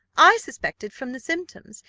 i suspected, from the symptoms,